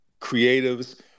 creatives